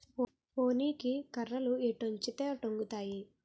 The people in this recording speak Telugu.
పోనీకి కర్రలు ఎటొంచితే అటొంగుతాయి